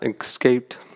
escaped